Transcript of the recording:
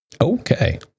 Okay